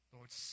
Lord